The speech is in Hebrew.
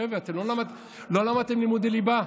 חבר'ה, לא למדתם לימודי ליבה?